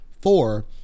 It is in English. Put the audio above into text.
Four